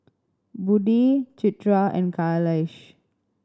Budi Citra and Khalish